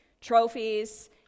trophies